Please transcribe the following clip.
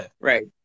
Right